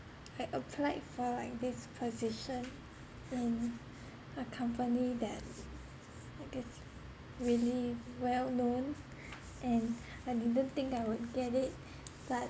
I applied for like this position in a company that's like it's really well known and I didn't think that I would get it but